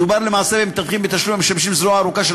מדובר למעשה במתווכים בתשלום המשמשים זרועם ארוכה של